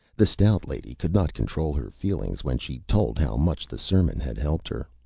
the stout lady could not control her feelings when she told how much the sermon had helped her.